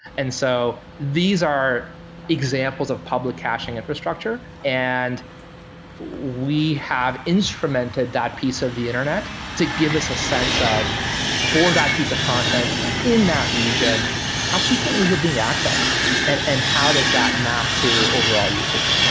and so these are examples of public caching infrastructure. and we have instrumented that piece of the internet to give us a sense of for that piece of content in that region how frequently is it being accessed and and how does that map to overall usage?